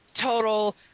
total